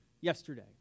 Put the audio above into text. yesterday